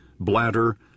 bladder